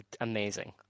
amazing